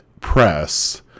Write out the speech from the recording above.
press